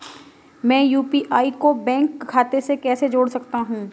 मैं यू.पी.आई को बैंक खाते से कैसे जोड़ सकता हूँ?